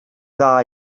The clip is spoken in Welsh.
dda